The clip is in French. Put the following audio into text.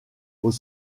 aux